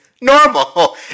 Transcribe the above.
normal